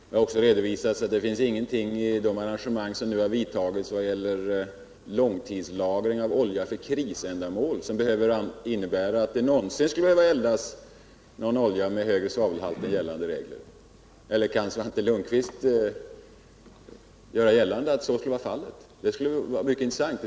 Det har också redovisats att det inte finns någonting i de arrangemang som nu har vidtagits i vad gäller långtidslagring av olja för krisändamål som behöver innebära att det med gällande regler någonsin skulle behöva eldas med högre svavelhalt. Eller kan Svante Lundkvist göra gällande att så skulle vara fallet? Det skulle vara mycket intressant.